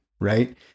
right